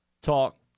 Talk